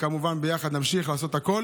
כמובן, יחד נמשיך לעשות הכול